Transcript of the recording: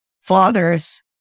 father's